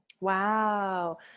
wow